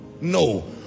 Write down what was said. no